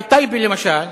בטייבה למשל,